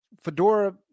Fedora